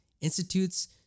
institutes